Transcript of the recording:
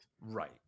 Right